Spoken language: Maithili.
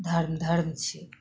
धर्म धर्म छै